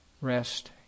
rest